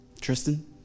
Tristan